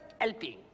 helping